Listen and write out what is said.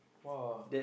!wah!